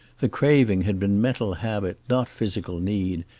the craving had been mental habit, not physical need,